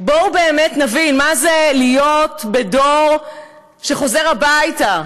בואו באמת נבין מה זה להיות בדור שחוזר הביתה,